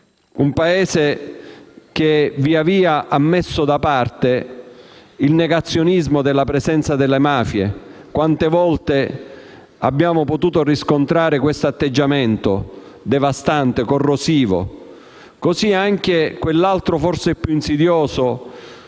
un Paese che via, via ha messo da parte il negazionismo della presenza delle mafie. Quante volte abbiamo potuto riscontrare questo atteggiamento devastante e corrosivo? Così come l'altro, forse più insidioso,